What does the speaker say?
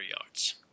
yards